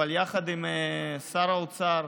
אבל יחד עם שר האוצר,